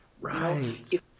Right